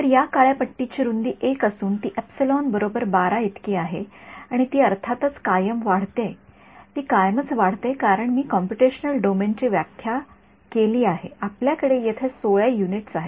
तर या काळ्या पट्टीची रुंदी १ असून ती एपीसिलॉन बरोबर १२ इतकी आहे आणि ती अर्थातच कायम वाढते ती कायमच वाढते कारण मी कॉम्पुटेशनल डोमेनची व्याख्या केली आहे आपल्याकडे येथे १६ युनिट्स आहेत